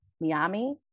miami